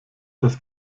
das